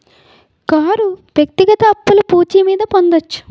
car వ్యక్తిగత అప్పులు పూచి మీద పొందొచ్చు